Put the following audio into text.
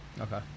Okay